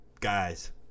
guys